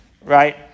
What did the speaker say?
right